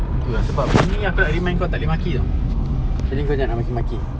itulah sebab yang ini aku nak remind kau tak boleh maki [tau] jadi engkau jangan nak maki maki